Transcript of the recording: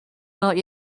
not